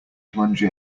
plunge